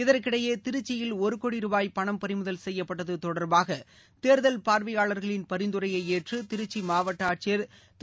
இதற்கிடையே திருச்சியில் ஒரு கோடி ரூபாய் பணம் பறிமுதல் செய்யட்பட்டது தொடர்பாக தேர்தல் பார்வையாளர்களின் பரிந்துரையை ஏற்று திருச்சி மாவட்ட ஆட்சியர் திரு